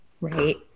Right